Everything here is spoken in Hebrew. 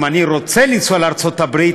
אם אני רוצה לנסוע לארצות-הברית,